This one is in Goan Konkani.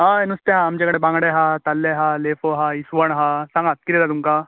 हय नुस्तें हा आमचे कडेन बांगडे हा तारले हा लेपो हा इसवण हा सांगांत कितें जाय तुमकां